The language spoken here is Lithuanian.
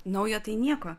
nauja tai nieko